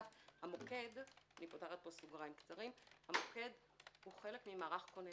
המוקד אני פותחת פה סוגריים הוא חלק ממערך הכוננות.